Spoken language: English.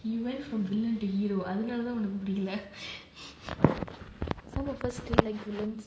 he went from villain to hero அதுனால தான் எனக்கு அவனை பிடிக்கல:athunaala thaan ennaku avana pidikala some of us still like villains